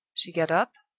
she got up,